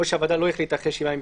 או שהוועדה לא החליטה אחרי שבעה ימים.